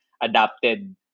adapted